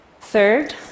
Third